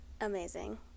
Amazing